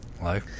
Hi